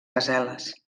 gaseles